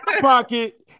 Pocket